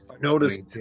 noticed